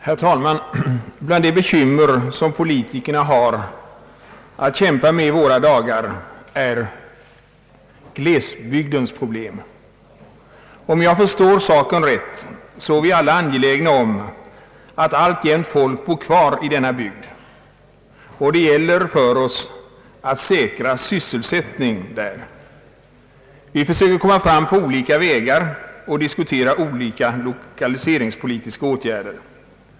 Herr talman! Till de bekymmer som politikerna har att kämpa med i våra dagar hör glesbygdens problem. Om jag förstår saken rätt, önskar vi alla att folk alltjämt skall bo kvar i sådana bygder. Det gäller då för oss att säkra sysselsättningen där. Vi försöker komma fram på olika vägar och diskuterar olika lokaliseringspolitiska åtgärder.